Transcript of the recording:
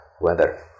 weather